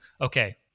okay